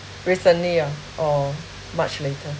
recently ah or much later